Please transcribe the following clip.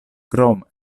krom